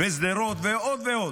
ושדרות ועוד ועוד.